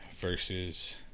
versus